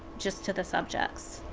just to the subjects.